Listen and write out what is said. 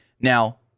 Now